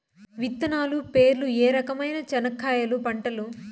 విత్తనాలు పేర్లు ఏ రకమైన చెనక్కాయలు పంటలు?